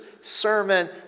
Sermon